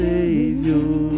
Savior